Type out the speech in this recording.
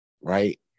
right